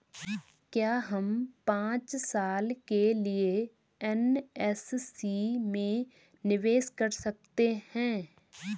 क्या हम पांच साल के लिए एन.एस.सी में निवेश कर सकते हैं?